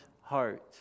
heart